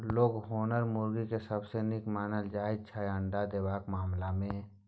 leghorn मुरगी केँ सबसँ नीक मानल जाइ छै अंडा देबाक मामला मे